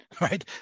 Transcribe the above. right